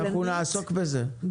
אנחנו נעסוק בזה,